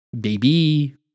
Baby